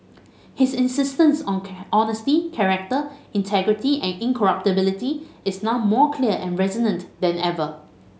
his insistence on on honesty character integrity and incorruptibility is now more clear and resonant than ever